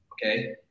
Okay